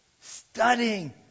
studying